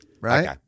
right